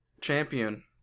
champion